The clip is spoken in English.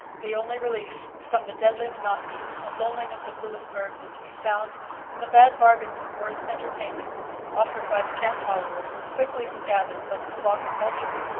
the only relief from the deadly monotony and loneliness of louisbourg was to be found in the bad bargains and worse entertainment offered by the camp-followers, who quickly gathered, like a flock of vultures,